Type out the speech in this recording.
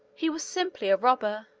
he was simply a robber,